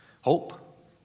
hope